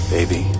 Baby